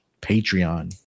Patreon